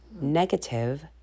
Negative